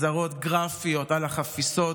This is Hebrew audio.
הסדרות גראפיות על החפיסות,